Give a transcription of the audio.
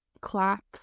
Clap